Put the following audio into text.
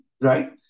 right